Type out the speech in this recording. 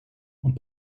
und